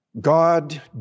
God